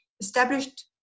established